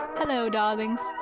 hello darlings.